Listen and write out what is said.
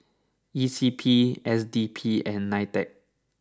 E C P S D P and Nitec